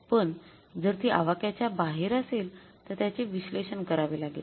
पण जर ती आवाक्याच्या बाहेर असेल तर त्याचे विश्लेषण करावे लागेल